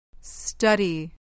Study